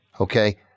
Okay